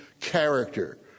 character